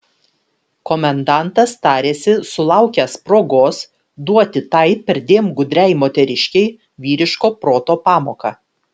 komendantas tarėsi sulaukęs progos duoti tai perdėm gudriai moteriškei vyriško proto pamoką